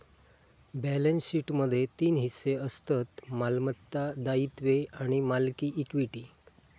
balance शीटमध्ये तीन हिस्से असतत मालमत्ता, दायित्वे आणि मालकी इक्विटी